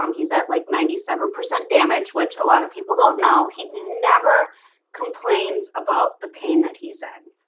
um he's at like ninety seven percent damage, which a lot of people don't know. he never complains about the pain that he's in